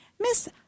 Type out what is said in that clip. miss